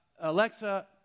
Alexa